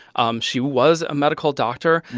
um she was a medical doctor.